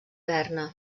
berna